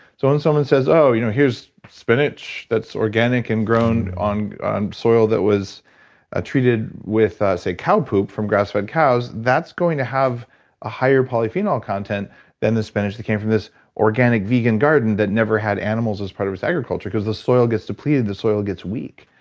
so, when someone says, oh, you know here's spinach that's organic and grown on on soil that was ah treated with cow poop from grass-fed cows, that's going to have a higher polyphenol content than the spinach that came from this organic, vegan garden that never had animals as part of its agriculture, cause the soil gets depleted, the soil gets weak.